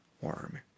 warm